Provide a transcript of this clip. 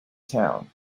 town